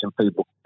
people